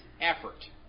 effort